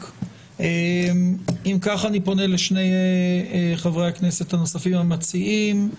אם כך אני פונה לשני חברי הכנסת הנוספים המציעים.